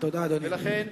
ולכן,